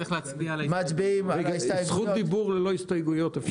אפשר זכות דיבור ללא הסתייגויות?